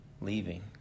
leaving